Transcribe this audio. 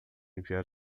enviar